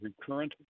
recurrent